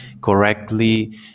correctly